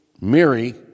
Mary